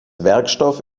werkstoff